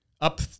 up